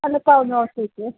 എന്നാൽ പറഞ്ഞത് പോലെ